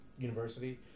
university